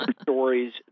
stories